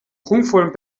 prunkvollen